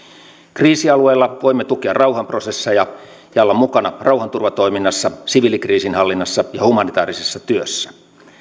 kriisialueilla voimme tukea rauhanprosesseja ja olla mukana rauhanturvatoiminnassa siviilikriisinhallinnassa ja humanitaarisessa työssä